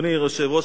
אדוני היושב-ראש,